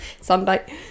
Sunday